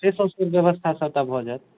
से सब कुल व्यवस्था सबटा भऽ जायत